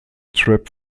trapp